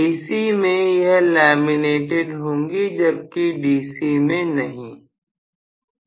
AC मैं यह laminated होंगी जबकि DC में नहीं होगी